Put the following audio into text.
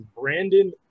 Brandon